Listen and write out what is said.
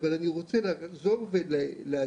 אבל אני רוצה לחזור ולהדגיש,